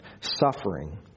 suffering